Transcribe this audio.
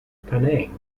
penang